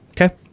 Okay